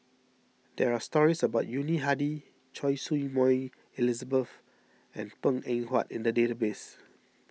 there are stories about Yuni Hadi Choy Su Moi Elizabeth and Png Eng Huat in the database